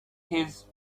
his